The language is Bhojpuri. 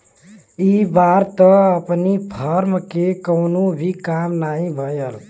इ बार त अपनी फर्म के कवनो भी काम नाही भयल